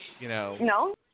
No